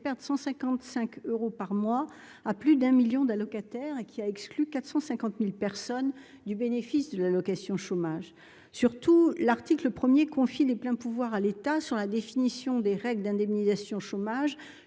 fait perdre 155 euros par mois à plus d'un 1000000 d'allocataires et qui a exclu 450000 personnes du bénéfice de l'allocation chômage surtout l'article 1er confie les pleins pouvoirs à l'État sur la définition des règles d'indemnisation chômage,